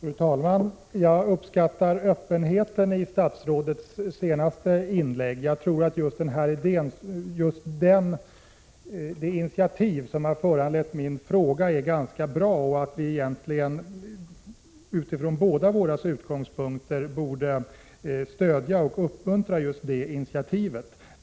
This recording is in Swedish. Fru talman! Jag uppskattar öppenheten i statsrådets senaste inlägg. Jag tror att det initiativ som har föranlett min fråga är bra och att vi utifrån bådas våra utgångspunkter egentligen borde stödja och uppmuntra just den typen av initiativ.